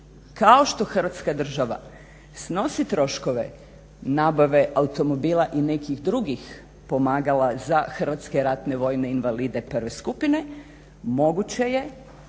Kao što Hrvatska država snosi troškove nabave automobila i nekih drugih pomagala za HRVI-e 1. skupine moguće je